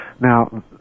Now